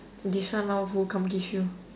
this one lor who come kiss you